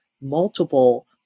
multiple